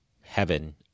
heaven